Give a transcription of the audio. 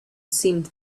seemed